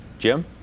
Jim